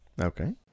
Okay